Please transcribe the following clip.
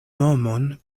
nomon